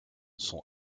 sont